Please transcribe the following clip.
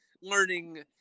learning